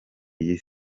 iyi